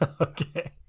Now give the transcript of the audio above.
Okay